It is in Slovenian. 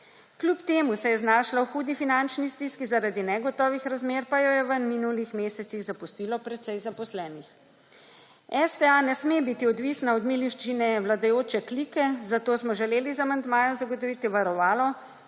Kljub temu se je znašla v hudi finančni stiski, zaradi negotovih razmer pa jo je v minulih mesecih zapustilo precej zaposlenih. STA ne sme biti odvisna od miloščine vladajoče klike, zato smo želeli z amandmajem zagotoviti varovalo,